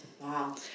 wow